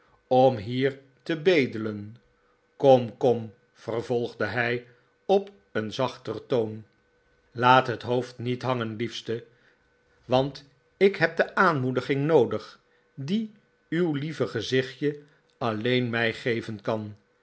om hier te bedelen kom kom vervolgde hij op een zachter toon laat het hoofd niet hangen liefste want ik neb de aanmoediging noodig die uw lieve gezichtje alleen mij geven kan